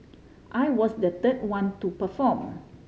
I was the third one to perform